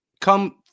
come